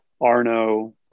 arno